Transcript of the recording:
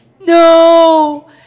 No